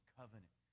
covenant